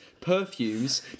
perfumes